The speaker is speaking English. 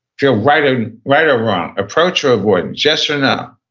feel right ah right or wrong? approach or avoidance? yes or no?